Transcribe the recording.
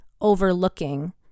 overlooking